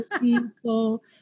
people